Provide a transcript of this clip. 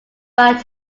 back